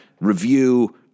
review